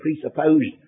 presupposed